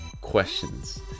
questions